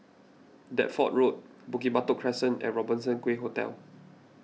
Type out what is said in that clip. Deptford Road Bukit Batok Crescent and Robertson Quay Hotel